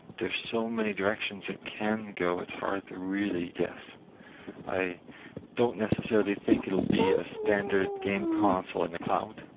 there's so many directions it can go, it's hard to really guess i don't necessarily think it'll be a standard game console in the cloud.